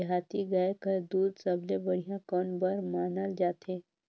देहाती गाय कर दूध सबले बढ़िया कौन बर मानल जाथे?